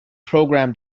program